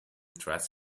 trust